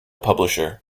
publisher